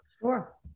Sure